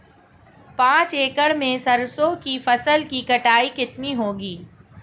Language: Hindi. पांच एकड़ में सरसों की फसल की कटाई कितनी होगी?